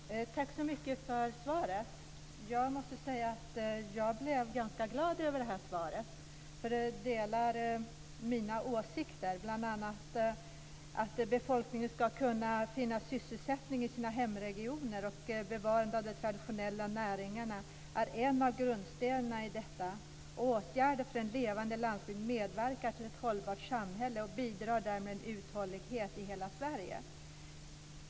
Herr talman! Jag tackar så mycket för svaret. Jag måste säga att jag blev ganska glad över det. Jordbruksministern delar mina åsikter bl.a. om att befolkningen ska kunna finna sysselsättning i sina hemregioner och att bevarandet av de traditionella näringarna är en av grundstenarna för detta. Åtgärder för en levande landsbygd medverkar till ett hållbart samhälle och bidrar därmed till uthållighet i hela Sverige.